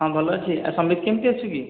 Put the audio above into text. ହଁ ଭଲ ଅଛି ଆଉ ସମ୍ବିତ କେମତି ଅଛି କି